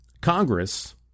Congress